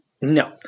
No